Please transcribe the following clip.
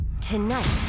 Tonight